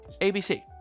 ABC